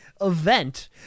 event